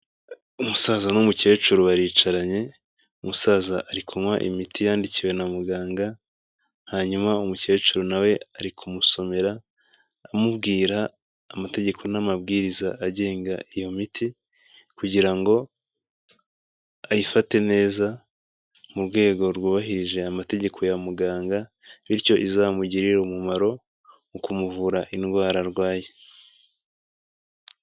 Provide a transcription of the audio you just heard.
Umusaza n'umukecuru baricaranye. Umusaza arikunywa imiti yandikiwe na muganga. Hanyuma umukecuru na we arikumusomera amubwira amategeko n'amabwiriza agenga iyo miti kugira ngo ayifate neza mu rwego rwubahirije amategeko ya muganga. Bityo izamugirira umumaro mu kumuvura indwara arwaye.